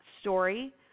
story